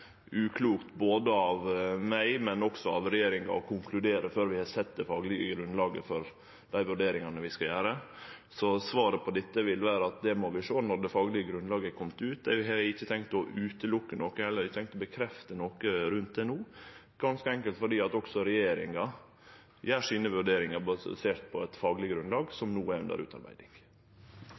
uklokt, både av meg og av regjeringa, å konkludere før vi har sett det faglege grunnlaget for dei vurderingane vi skal gjere. Så svaret på det vil vere at det må vi sjå på når det faglege grunnlaget har kome. Eg har ikkje tenkt å sjå bort frå noko, eg har heller ikkje tenkt å stadfeste noko rundt det no, ganske enkelt fordi også regjeringa gjer sine vurderingar baserte på eit fagleg grunnlag, som no er under utarbeiding.